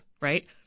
right